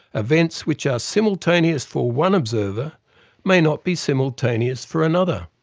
events which are simultaneous for one observer may not be simultaneous for another.